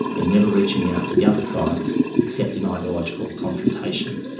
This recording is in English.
and never reaching out to the other tribes except in ideological confrontation.